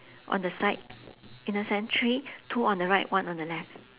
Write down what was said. on the side inner stand three two on the right one on the left